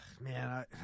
man